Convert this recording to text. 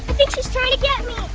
think she's trying to get me.